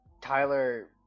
Tyler